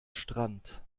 strand